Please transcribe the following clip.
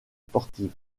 sportives